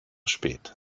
spät